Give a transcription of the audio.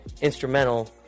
instrumental